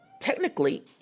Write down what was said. technically